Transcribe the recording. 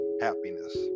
happiness